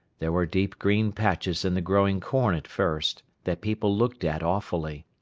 there were deep green patches in the growing corn at first, that people looked at awfully.